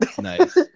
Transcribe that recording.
Nice